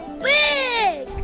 big